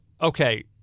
okay